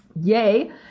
yay